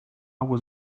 was